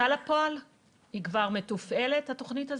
התכנית הזאת כבר מתופעלת?